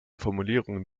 formulierungen